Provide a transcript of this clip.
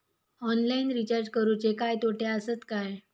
Online recharge करुचे काय तोटे आसत काय?